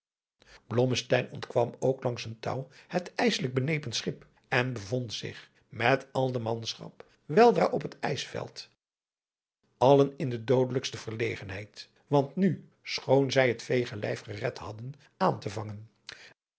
ontkwam ook langs een touw het ijsselijk benepen schip en bevond zich met al de manschap weldra op het ijsveld allen in de doodelijkste verlegenheid wat nu schoon zij het veege lijf gered hadden aan te vangen